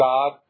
God